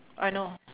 I know